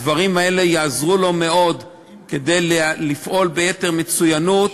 הדברים האלה יעזרו לו מאוד לפעול ביתר מצוינות